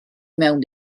mewn